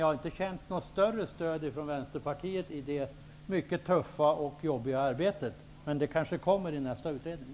Jag har inte känt något större stöd från Vänsterpartiet i det mycket tunga och jobbiga arbetet, men det kanske kommer i nästa utredning.